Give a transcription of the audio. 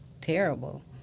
terrible